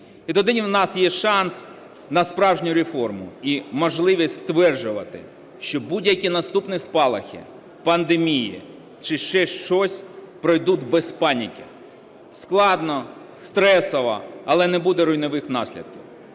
І тоді в нас є шанс на справжню реформу і можливість стверджувати, що будь-які наступні спалахи пандемії чи ще щось пройдуть без паніки, складно, стресово, але не буде руйнівних наслідків.